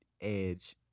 Edge